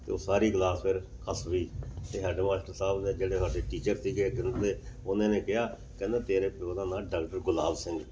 ਅਤੇ ਉਹ ਸਾਰੀ ਕਲਾਸ ਫਿਰ ਹੱਸ ਪਈ ਅਤੇ ਸਾਡੇ ਮਾਸਟਰ ਸਾਹਿਬ ਦੇ ਜਿਹੜੇ ਸਾਡੇ ਟੀਚਰ ਸੀਗੇ ਗਣਿਤ ਦੇ ਉਹਨਾਂ ਨੇ ਕਿਹਾ ਕਹਿੰਦਾ ਤੇਰੇ ਪਿਉ ਦਾ ਨਾਂ ਡਾਕਟਰ ਗੁਲਾਬ ਸਿੰਘ